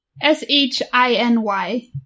S-H-I-N-Y